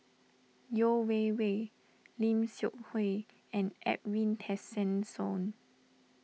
Yeo Wei Wei Lim Seok Hui and Edwin Tessensohn